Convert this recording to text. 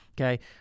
okay